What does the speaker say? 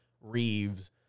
Reeves